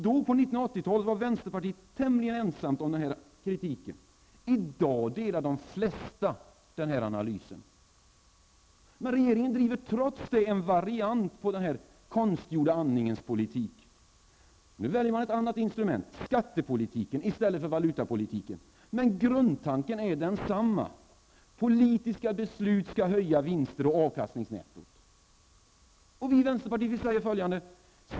På 1980-talet var vänsterpartiet ensamt om denna kritik. I dag delar de flesta denna analys. Men regeringen driver trots det en variant på den konstgjorda andningens politik. Nu väljer man ett annat instrument, nämligen skattepolitiken, i stället för valutapolitiken. Men grundtanken är densamma: Politiska beslut skall höja vinster och avkastningsnettot. Vi i vänsterpartiet säger följande.